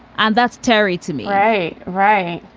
and that's terry to me. right? right.